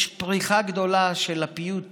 יש פריחה גדולה של הפיוט